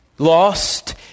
Lost